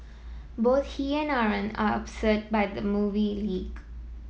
both he and Aaron are upset by the movie leak